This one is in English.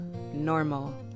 normal